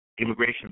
immigration